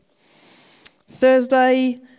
Thursday